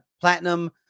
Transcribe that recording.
Platinum